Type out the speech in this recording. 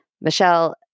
Michelle